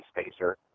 spacer